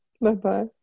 Bye-bye